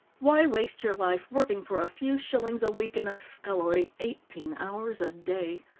why waste your life working for a few shillings a week in a scullery, eighteen hours a day?